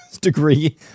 degree